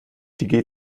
die